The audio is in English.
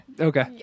Okay